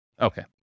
Okay